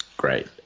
great